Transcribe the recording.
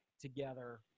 together